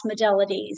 modalities